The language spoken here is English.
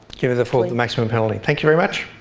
give her the maximum penalty. thank you very much.